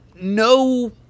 no